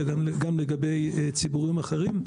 גם לגבי ציבורים אחרים.